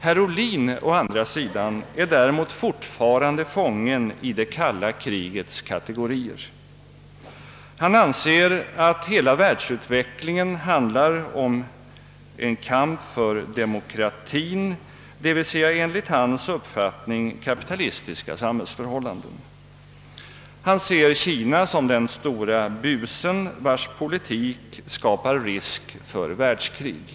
Herr Ohlin å andra sidan är fortfarande fången i det kalla krigets kategorier och anser att hela världsutvecklingen handlar om en kamp för demokrati, d.v.s. enligt hans uppfattning kapitalistiska samhällsförhållanden. Han betraktar Kina som den store busen, vars politik skapar risk för världskrig.